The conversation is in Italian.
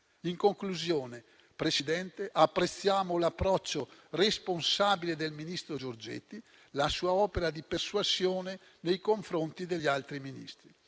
In conclusione, Presidente, apprezziamo l'approccio responsabile del ministro Giorgetti e la sua opera di persuasione nei confronti degli altri Ministri,